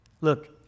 Look